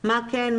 מה כן,